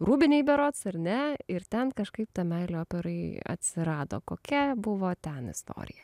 rūbinėj berods ar ne ir ten kažkaip ta meilė operai atsirado kokia buvo ten istorija